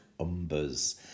Umbers